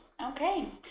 Okay